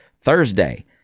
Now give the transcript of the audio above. Thursday